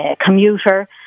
commuter